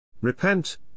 Repent